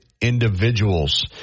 individuals